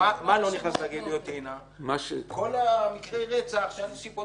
מה לא נכנס לגליוטינה כל מקרי רצח שהנסיבות